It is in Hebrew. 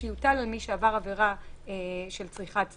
שיוטל על מי שעבר עבירה של צריכת זנות.